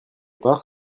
part